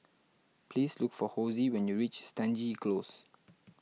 please look for Hosie when you reach Stangee Close